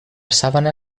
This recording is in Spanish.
sábana